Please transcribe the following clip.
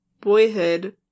Boyhood